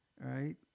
right